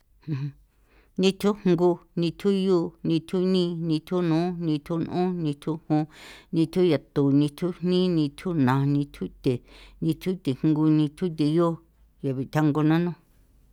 nithu jungu, nithu yu, nithu ni, nithu nu, nithu n'on, nithu jon, nithu yatu, nithu jni, nithu na, nithu the, nithu the jngu, nithu the yo, ge bitan ngo nanu.